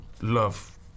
Love